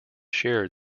shared